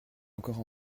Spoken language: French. encore